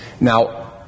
Now